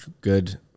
good